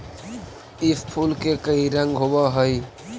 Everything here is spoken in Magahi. इस फूल के कई रंग होव हई